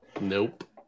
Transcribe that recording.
Nope